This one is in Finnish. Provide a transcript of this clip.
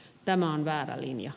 tämä on väärä linja